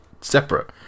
separate